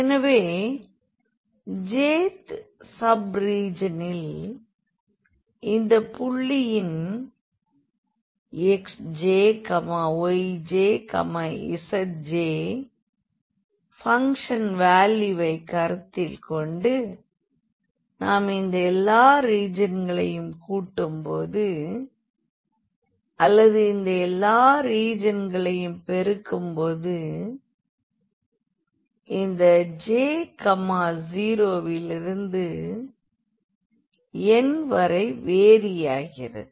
எனவே j'th சப் ரீஜியனில் இந்த புள்ளியின் xjyjzj பங்க்ஷன் வால்யூவை கருத்தில் கொண்டு நாம் இந்த எல்லா ரீஜியன்களையும் கூட்டும் போது அல்லது இந்த எல்லா ரீஜியன்களையும் பெருக்கும் போது இந்த j 0 விலிருந்து n வரை வேரி ஆகிறது